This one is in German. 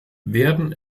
werden